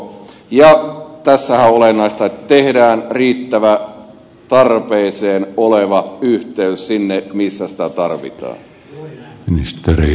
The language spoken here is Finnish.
ja tässähän on olennaista se että tehdään riittävä tarpeeseen tuleva yhteys sinne missä sitä tarvitaan